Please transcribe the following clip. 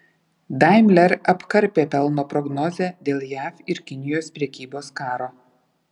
daimler apkarpė pelno prognozę dėl jav ir kinijos prekybos karo